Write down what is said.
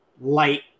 light